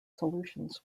solutions